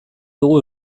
dugu